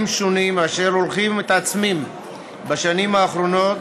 שונים אשר הולכים ומתעצמים בשנים האחרונות,